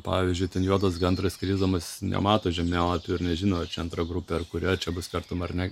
pavyzdžiui ten juodas gandras skrisdamas jis nemato žemėlapių ir nežino ar čia antra grupė kurią čia bus kertama ar ne